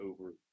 over